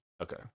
Okay